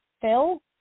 Phil